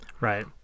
Right